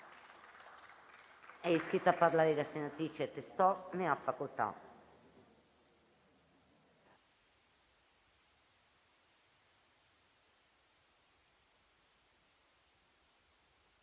È iscritta a parlare la senatrice Lezzi. Ne ha facoltà.